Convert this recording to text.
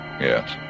Yes